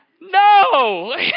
no